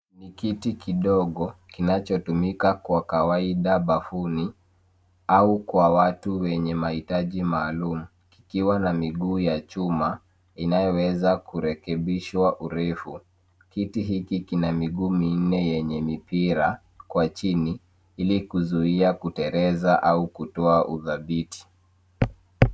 Ni kiti kidogo kinachotumika kwa kawaida bafuni au kwa watu wenye mahitaji maalum kikiwa na miguu ya chuma inayoweza kurekebishwa urefu. Kiti hiki kina miguu minne yenye mipira kwa chini ili kuzuia kutereza au kutoa udhabiti.